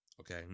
Okay